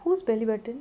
who's belly button